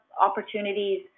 opportunities